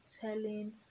telling